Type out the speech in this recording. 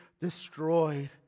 destroyed